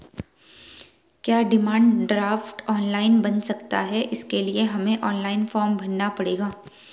क्या demand draft online बन सकता है इसके लिए हमें ऑनलाइन फॉर्म भरना पड़ेगा?